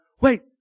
wait